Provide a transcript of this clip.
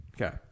okay